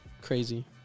crazy